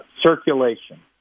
circulation